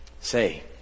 Say